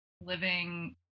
living